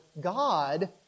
God